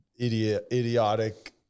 idiotic